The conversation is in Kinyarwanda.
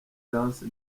dance